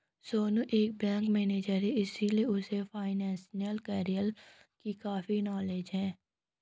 सोनू एक bank manager है इसीलिए उसे फाइनेंशियल कैरियर की काफी नॉलेज है